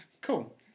cool